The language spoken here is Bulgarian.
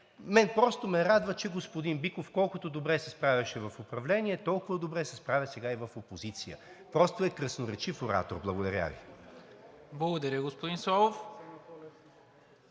Мен просто ме радва, че господин Биков колкото добре се справяше в управлението, толкова добре се справя и сега в опозиция. Просто е красноречив оратор. Благодаря Ви. ПРЕДСЕДАТЕЛ НИКОЛА